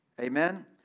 Amen